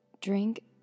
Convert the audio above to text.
drink